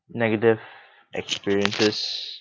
negative experiences